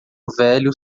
velho